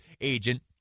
agent